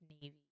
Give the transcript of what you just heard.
navy